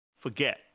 forget